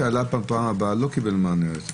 הנושא שעלה כאן בפעם הקודמת לא קיבל מענה.